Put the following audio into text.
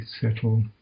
settle